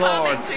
Lord